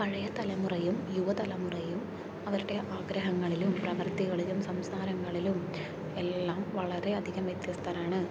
പഴയ തലമുറയും യുവതലമുറയും അവരുടെ ആഗ്രഹങ്ങളിലും പ്രവർത്തികളിലും സംസാരങ്ങളിലും എല്ലാം വളരെ അതികം വ്യത്യസ്തരാണ്